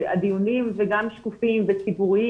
והדיונים שקופים וציבוריים,